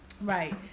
Right